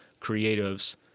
creatives